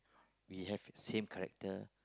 we have same character